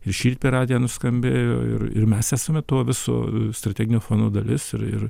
ir šįryt per radiją nuskambėjo ir ir mes esame to viso strateginio fono dalis ir ir